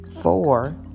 Four